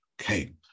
Okay